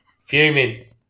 fuming